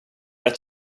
lätt